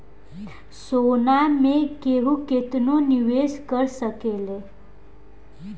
सोना मे केहू केतनो निवेस कर सकेले